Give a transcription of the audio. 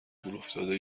دورافتاده